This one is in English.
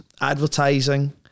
advertising